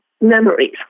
memories